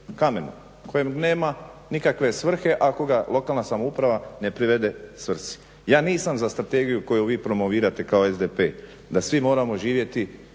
koji nema nikakve svrhe ako ga lokalna samouprava ne privede svrsi. Ja nisam za strategiju koju vi promovirate kao SDP da svi moramo živjeti